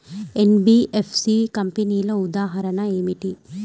NBFC కంపెనీల ఉదాహరణ ఏమిటి?